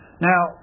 Now